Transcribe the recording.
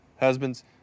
Husbands